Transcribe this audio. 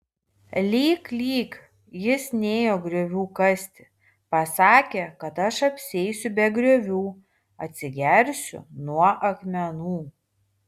lyk lyk jis nėjo griovių kasti pasakė kad aš apsieisiu be griovių atsigersiu nuo akmenų